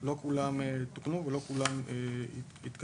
לא כולן תוקנו ולא כולן קודמו.